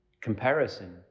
comparison